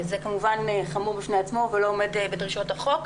זה חמור בפני עצמו ולא עומד בדרישות החוק.